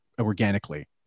organically